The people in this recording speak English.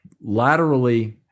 laterally